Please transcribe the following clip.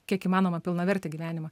kiek įmanoma pilnavertį gyvenimą